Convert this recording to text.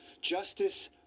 Justice